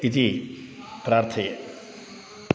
इति प्रार्थये